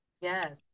Yes